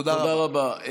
תודה רבה.